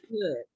good